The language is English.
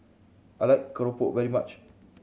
I like keropok very much